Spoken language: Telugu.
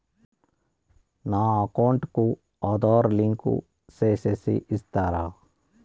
నా అకౌంట్ కు ఆధార్ లింకు సేసి ఇస్తారా?